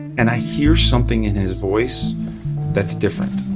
and i hear something in his voice that's different.